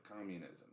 communism